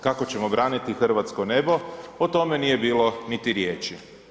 Kako ćemo braniti hrvatsko nebo o tome nije bilo niti riječi.